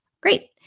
Great